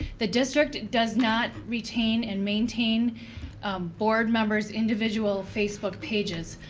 the district does not retain and maintain board members' individual facebook pages.